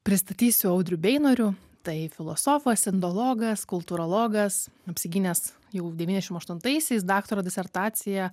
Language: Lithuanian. pristatysiu audrių beinorių tai filosofas indologas kultūrologas apsigynęs jau devyniasdešim aštuntaisiais daktaro disertaciją